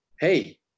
Hey